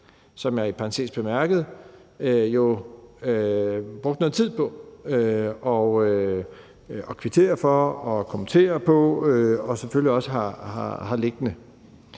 som jeg i parentes bemærket jo brugte noget tid på at kvittere for og kommentere på, og som jeg selvfølgelig også har liggende.